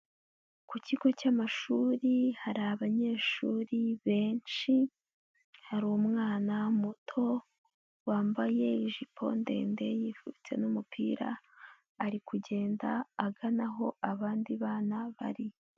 Ku kigo cyamashuri hari abanyeshuri benshi, hari umwana muto wambaye ijipo ndende, yifubitse n'umupira, ari kugenda agana aho abandi bana bari.